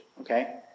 Okay